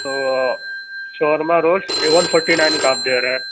وہ شورما rolls A one forty nine کا آپ دے رہے ہیں